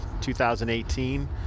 2018